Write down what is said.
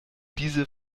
diese